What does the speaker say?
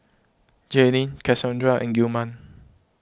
Jayleen Cassondra and Gilman